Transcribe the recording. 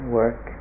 work